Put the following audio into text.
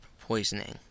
poisoning